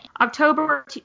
October